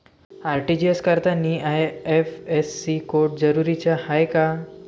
RTGS करतांनी IFSC code जरुरीचा हाय का?